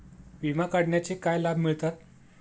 विमा काढण्याचे काय लाभ मिळतात?